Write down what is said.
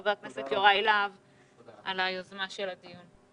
חבר הכנסת יוראי להב על היוזמה לקיים את הדיון.